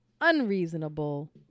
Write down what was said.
unreasonable